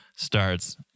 Starts